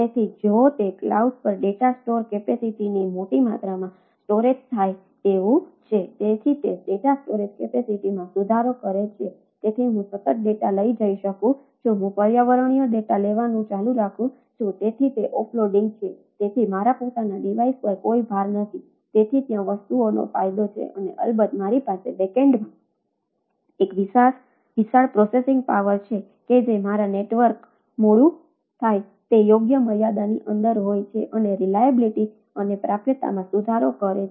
તેથી જો તે ક્લાઉડ પર ડેટા સ્ટોર કેપેસિટીની અને પ્રાપ્યતામાં સુધારો કરે છે